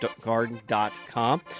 garden.com